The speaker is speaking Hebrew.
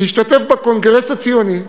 שהשתתף בקונגרס הציוני,